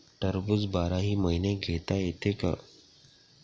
टरबूज बाराही महिने घेता येते का?